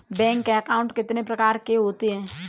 Bank account कितने प्रकार के होते हैं?